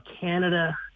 Canada